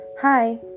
Hi